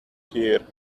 here